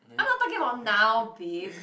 I'm not talking about now babe